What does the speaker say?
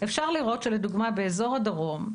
אפשר לראות שלדוגמה באזור הדרום,